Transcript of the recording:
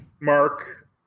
Mark